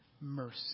mercy